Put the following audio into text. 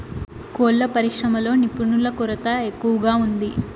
కోళ్ళ పరిశ్రమలో నిపుణుల కొరత ఎక్కువగా ఉంది